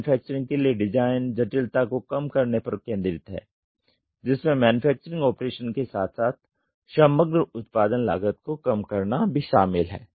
manufacturing के लिए design जटिलता को कम करने पर केंद्रित है जिसमे मैन्युफैक्चरिंग ऑपरेशन के साथ साथ समग्र उत्पादन लागत को कम करना भी शामिल है